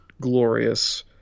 glorious